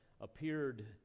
appeared